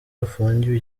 afungiwe